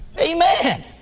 Amen